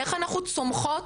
איך אנחנו צומחות,